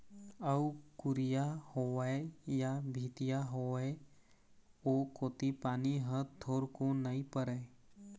अउ कुरिया होवय या भीतिया होवय ओ कोती पानी ह थोरको नइ परय